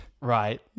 Right